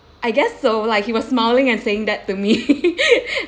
I guess so like he was smiling and saying that to me